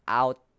out